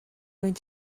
going